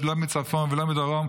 לא מצפון ולא מדרום,